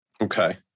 Okay